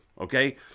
Okay